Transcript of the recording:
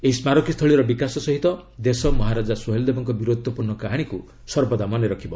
ଏହି ସ୍କାରକୀସ୍ଥଳୀର ବିକାଶ ସହିତ ଦେଶ ମହାରାଜା ସୋହେଲ ଦେବଙ୍କ ବୀରତ୍ୱପୂର୍ଣ୍ଣ କାହାଣୀକୁ ସର୍ବଦା ମନେରଖିବ